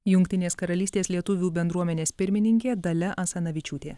jungtinės karalystės lietuvių bendruomenės pirmininkė dalia asanavičiūtė